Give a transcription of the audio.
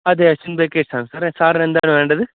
അതെ അശ്വിന് ബേക്കേര്സ് ആണ് സാറേ സാറിന് എന്താണ് വേണ്ടത്